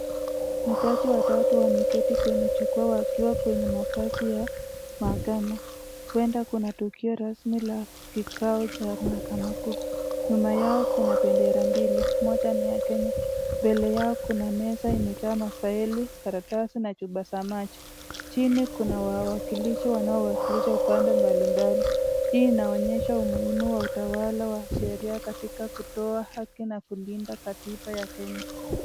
Majaji watatu wameketi kwenye jukwaa wakiwa kwenye mavazi ya mahakama. Huenda kuna tukio rasmi la kikao cha mahakama kuu. Nyuma yao kuna bendera mbili, moja ni ya Kenya. Mbele yao kuna meza imejaa mafaili, karatasi na chupa za maji. Chini kuna wawakilishi wanaowakilisha upande mbalimbali. Hii inaonyesha umuhimu wa utawala wa sheria katika kutoa haki na kulinda katiba ya Kenya.